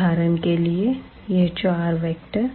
उदाहरण के लिए यह चार वेक्टर